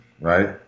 Right